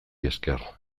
esker